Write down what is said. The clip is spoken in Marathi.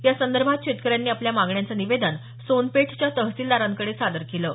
या संदर्भात शेतकऱ्यांनी आपल्या मागण्यांचं निवेदन सोनपेठच्या तहसीलदारांकडे सादर केलं आहे